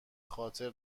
خاطر